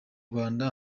rwanda